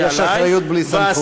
יש אחריות בלי סמכות.